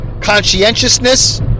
conscientiousness